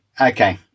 okay